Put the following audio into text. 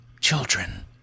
children